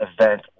event